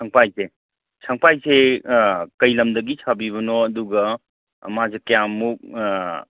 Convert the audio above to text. ꯁꯪꯕꯥꯏꯁꯦ ꯁꯪꯕꯥꯏꯁꯦ ꯀꯔꯤ ꯂꯝꯗꯒꯤ ꯁꯥꯕꯤꯕꯅꯣ ꯑꯗꯨꯒ ꯃꯥꯁꯦ ꯀꯌꯥꯃꯨꯛ